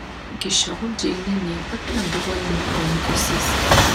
iki šiol džeinė niekad nebuvo jame lankiusis